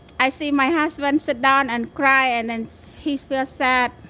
i see my husband sit down and cry and then he felt sad.